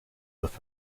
with